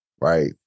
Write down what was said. right